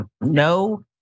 no